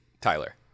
Tyler